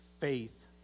faith